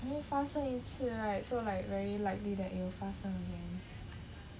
已经发生一次 right so like very likely that it'll 发生 again